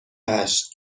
هشت